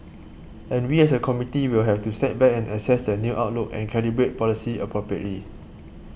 and we as a committee will have to step back and assess the new outlook and calibrate policy appropriately